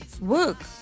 work